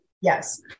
yes